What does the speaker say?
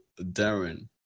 Darren